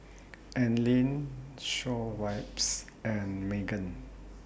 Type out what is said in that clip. Anlene Schweppes and Megan